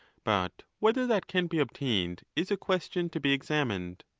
but whether that can be obtained is a question to be examined.